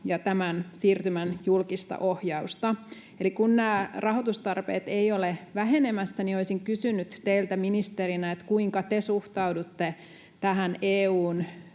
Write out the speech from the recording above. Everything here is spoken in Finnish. ja tämän siirtymän julkista ohjausta. Eli kun nämä rahoitustarpeet eivät ole vähenemässä, niin olisin kysynyt teiltä ministerinä, kuinka te suhtaudutte tähän EU:n